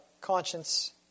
conscience